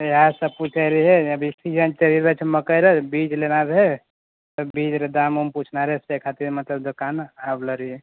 इएह सब पूछै रहियै अभी सीजन छै मकइ र बीज लेनाइ रहै तऽ बीज र दाम ऊम पूछनाइ रहे ताहि खातिर मतलब दोकान आबऽवला रहियै